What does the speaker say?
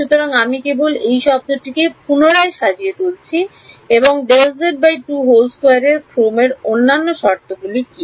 সুতরাং আমি কেবল এই শব্দটিকে পুনরায় সাজিয়ে তুলছি এবং এর ক্রম এর অন্যান্য শর্তগুলি কি